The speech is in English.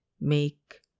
make